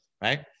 Right